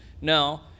No